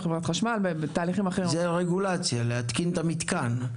או לחברת חשמל --- זו רגולציה של התקנת המתקן.